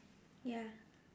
ya